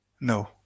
No